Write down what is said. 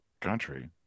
country